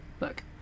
Look